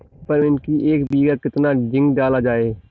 Peppermint की एक बीघा कितना जिंक डाला जाए?